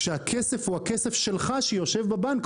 כשהכסף הוא הכסף שלך שיושב בבנק,